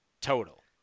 total